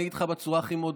אני אגיד לך בצורה הכי ברורה: